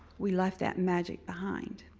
we left that magic behind